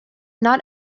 not